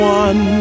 one